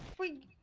we